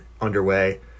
underway